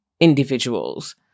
individuals